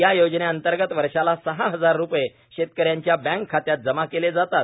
या योजने अंतर्गत वर्षाला सहा हजार रुपये शेतकऱ्यांच्या बँक खात्यात जमा केले जातात